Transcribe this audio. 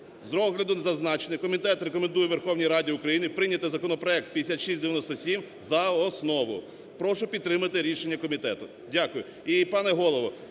З огляду на зазначене, комітет рекомендує Верховній Раді України прийняти законопроект 5697 за основу. Прошу підтримати рішення комітету. Дякую.